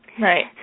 Right